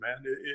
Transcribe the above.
man